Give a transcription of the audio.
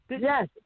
Yes